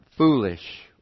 Foolish